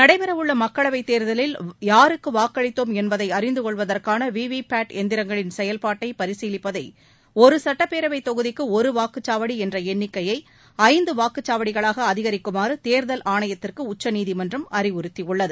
நடைபெற உள்ள மக்களவைத் தேர்தலில் யாருக்கும் வாக்களித்தோம் என்பதை அறிந்து கொள்வதற்கான விவிபாட் எந்திரங்களின் செயல்பாட்டை பரிசீலிப்பதை ஒரு சட்டப்பேரவைத் தொகுதிக்கு ஒரு வாக்குச்சாவடி என்ற எண்ணிக்கையை ஐந்து வாக்குச்சாவடிகளாக அதிகரிக்குமாறு தேர்தல் ஆணையத்திற்கு உச்சநீதிமன்றம் அறிவுறுத்தியுள்ளது